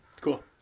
Cool